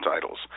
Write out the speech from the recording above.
titles